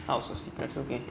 house of secrets okay